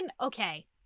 okay